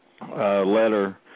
letter